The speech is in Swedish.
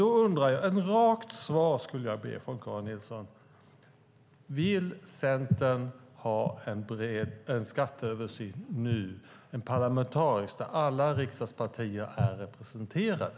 Jag undrar - och jag skulle vilja ha ett rakt svar från Karin Nilsson - om Centern vill ha en bred, parlamentarisk skatteöversyn nu där alla riksdagspartier är representerade.